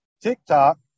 TikTok